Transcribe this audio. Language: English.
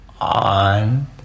on